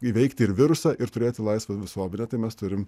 įveikti ir virusą ir turėti laisvą visuomenę tai mes turim